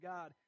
God